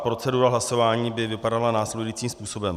Procedura hlasování by vypadala následujícím způsobem: